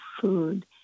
food